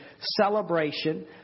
celebration